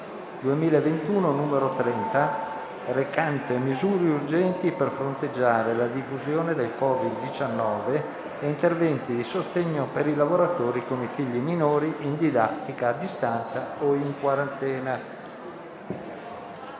2021, n. 30, recante misure urgenti per fronteggiare la diffusione del Covid-19, e interventi di sostegno per i lavoratori con i figli minori in didattica a distanza o in quarantena»